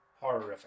Horrific